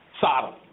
Sodom